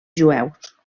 jueus